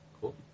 Cool